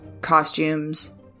costumes